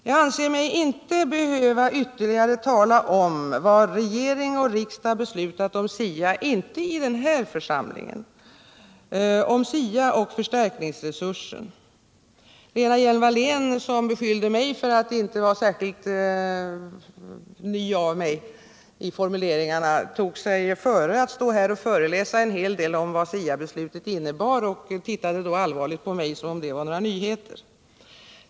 Jag anser mig inte i den här församlingen behöva ytterligare tala om vad regering och riksdag beslutat om SIA och förstärkningsresursen. Lena Hjelm Wallén, som beskyllde mig för att inte vara särskilt ny i formuleringarna, tog sig före att stå här och föreläsa en hel del om vad SIA-beslutet innebar och tittade då allvarligt på mig, som om det var några nyheter.